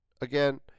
again